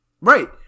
Right